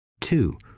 two